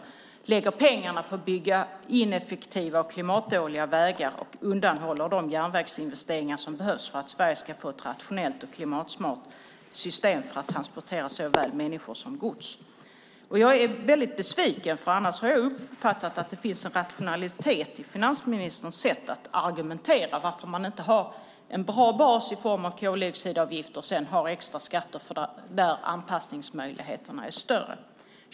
Han lägger pengarna på att bygga ineffektiva och klimatdåliga vägar och undanhåller de järnvägsinvesteringar som behövs för att Sverige ska få ett rationellt och klimatsmart system för att transportera såväl människor som gods. Jag är besviken, för jag har annars uppfattat att det finns en rationalitet i finansministerns sätt att argumentera för varför man inte har en bra bas i form av koldioxidavgifter och sedan extra skatter där anpassningsmöjligheterna är större.